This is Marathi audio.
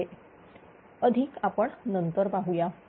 अधिक आपण नंतर पाहूया